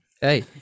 hey